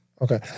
Okay